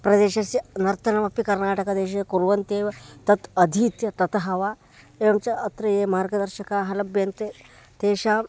प्रदेशस्य नर्तनमपि कर्नाटकदेशे कुर्वन्ति एव तत् अधीत्य ततः वा एवं च अत्र ये अत्र मार्गदर्शकाः लभन्ते तेषाम्